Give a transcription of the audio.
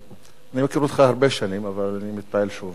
אני מכיר אותך הרבה שנים, אבל אני מתפעל שוב ושוב.